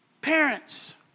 Parents